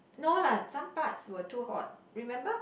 no lah some parts were too hot remember